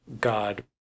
God